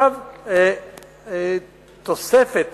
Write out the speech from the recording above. עכשיו, "הוספה